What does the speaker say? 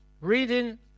Reading